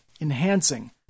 enhancing